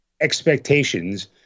expectations